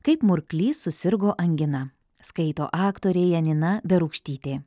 kaip murklys susirgo angina skaito aktorė janina berūkštytė